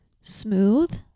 Smooth